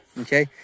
okay